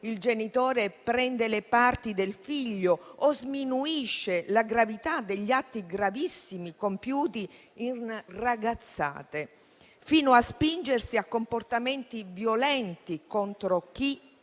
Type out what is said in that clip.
il genitore prende le parti del figlio o sminuisce la gravità degli atti gravissimi compiuti in ragazzate, fino a spingersi a comportamenti violenti contro chi da